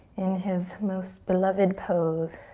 in his most beloved pose.